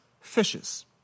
fishes